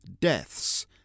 deaths